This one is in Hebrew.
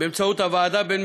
בבתי-הספר, היוזמה שתועתק על-ידי